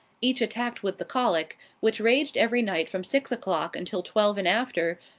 each attacked with the colic, which raged every night from six o'clock until twelve and after,